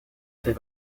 fait